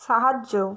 সাহায্য